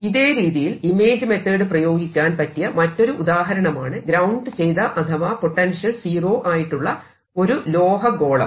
ഇതേ രീതിയിൽ image method പ്രയോഗിക്കാൻ പറ്റിയ മറ്റൊരു ഉദാഹരണമാണ് ഗ്രൌണ്ട് ചെയ്ത അഥവാ പൊട്ടൻഷ്യൽ സീറോ ആയിട്ടുള്ള ഒരു ലോഹ ഗോളം